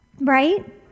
right